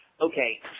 okay